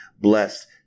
blessed